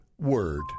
Word